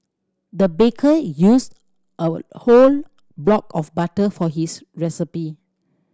the baker used a whole block of butter for his recipe